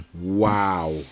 Wow